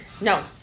No